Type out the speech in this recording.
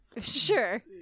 sure